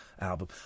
album